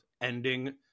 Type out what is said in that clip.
ending